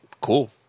cool